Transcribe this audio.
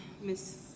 Miss